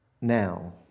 now